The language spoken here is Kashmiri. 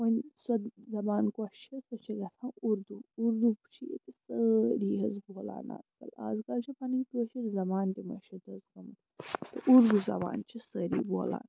وۄنۍ سۄ زبان کۄس چھِ سۄ چھِ گژھان اُردو اُردو چھِ ییٚتہِ سٲری حظ بولان اَزکَل اَزکَل چھِ پَنٕنۍ کٲشِر زبان تہِ مٔشیٖتھ حظ گٔمٕژ تہٕ اُردو زبان چھِ سٲری بولان